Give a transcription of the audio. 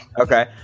okay